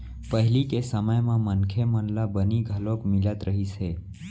पहिली के समे म मनखे मन ल बनी घलोक मिलत रहिस हे